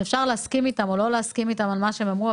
ואפשר להסכים או לא להסכים איתם על מה שהם אמרו,